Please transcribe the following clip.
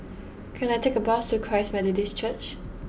can I take a bus to Christ Methodist Church